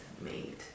made